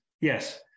yes